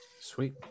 Sweet